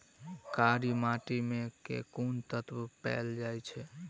कार्य माटि मे केँ कुन तत्व पैल जाय छै?